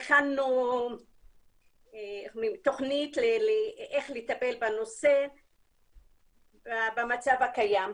הכנו תוכנית איך לטפל בנושא במצב הקיים.